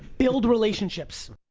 build relationships.